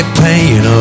pain